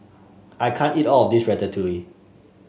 I can't eat all of this Ratatouille